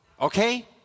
Okay